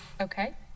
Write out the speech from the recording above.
Okay